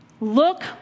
look